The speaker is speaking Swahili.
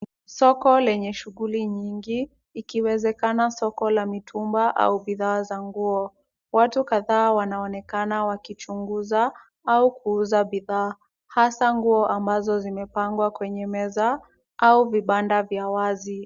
Soko lenye shughuli nyingi ikiwezekana soko la mitumba au bidhaa za nguo. Watu kadhaa wanaonekana wakichunguza au kuuza bidhaa hasa nguo ambazo zimepangwa kwenye meza au vibanda vya wazi.